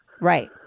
Right